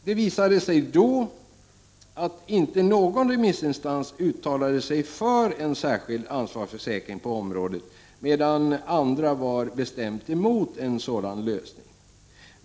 Det visade sig då att inte någon remissinstans uttalade sig för en särskild ansvarsförsäkring på området, och att andra var bestämt emot en sådan lösning.